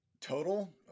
total